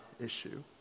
issue